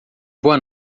boa